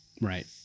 Right